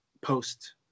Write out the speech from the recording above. post